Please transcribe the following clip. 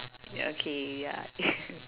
ya okay ya